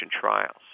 trials